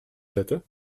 zetten